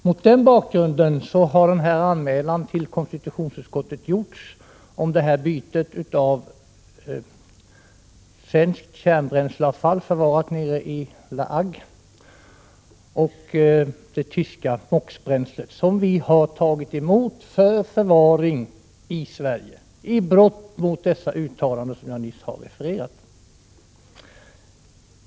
Mot den bakgrunden har anmälan gjorts till konstitutionsutskottet om bytet av svenskt kärnbränsleavfall, förvarat i La Hague, mot det tyska MOX-bränslet, som vi har tagit emot för förvaring i Sverige — i brott mot de uttalanden som jag nyss har refererat.